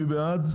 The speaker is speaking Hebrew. מי בעד?